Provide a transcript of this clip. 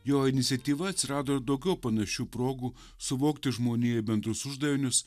jo iniciatyva atsirado ir daugiau panašių progų suvokti žmonijai bendrus uždavinius